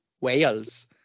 wales